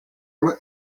urim